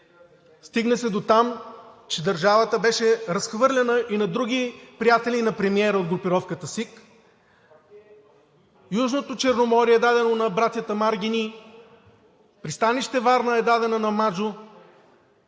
стигна се дотам, че държавата беше разхвърляна и на други приятели на премиера от групировката СИК – Южното Черноморие е дадено на братята Маргини, пристанище Варна е дадено на Маджо,